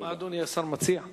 מה אדוני השר מציע?